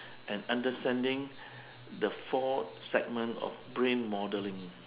and understanding the four segment of brain modelling